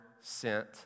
sent